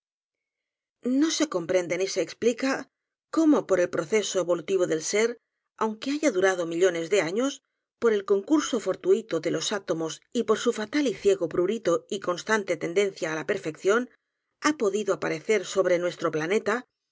no se comprende ni se explica cómo por el proceso evolutivo del ser aunque haya durado mi llones de años por el concurso fortuito de losátomos y por su fatal y ciego prurito y constante ten dencia á la perfección ha podido aparecer sobre nuestro planeta